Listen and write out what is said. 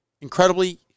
incredibly